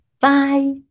Bye